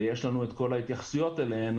ויש לנו את כל ההתייחסויות אליהם,